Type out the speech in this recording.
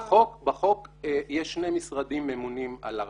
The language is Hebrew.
בחוק יש שני משרדים ממונים על הרשות,